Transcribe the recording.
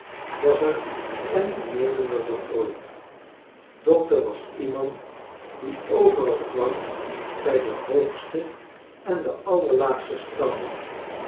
was er en innemender dan ooit dokter was iemand die overal kwam bij de hoogste en de allerlaagste standen